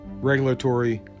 Regulatory